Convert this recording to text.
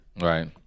Right